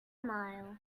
mile